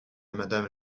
madame